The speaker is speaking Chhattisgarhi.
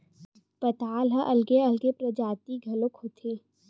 पताल ह अलगे अलगे परजाति घलोक होथे